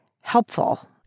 helpful